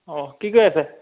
অঁ কি কৰি আছে